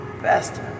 best